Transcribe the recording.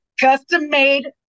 Custom-made